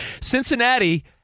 Cincinnati